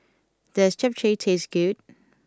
does Japchae taste good